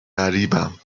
غریبم